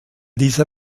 dieser